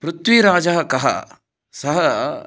पृथ्वीराजः कः सः